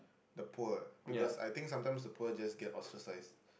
the poor because I think sometimes the poor just get ostracised